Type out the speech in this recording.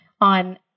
on